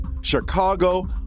Chicago